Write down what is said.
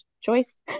choice